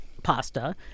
pasta